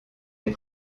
les